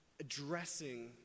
addressing